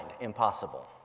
Impossible